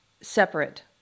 separate